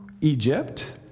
Egypt